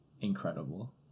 incredible